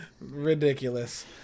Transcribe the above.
Ridiculous